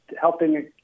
helping